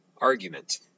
argument